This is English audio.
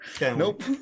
Nope